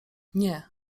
nie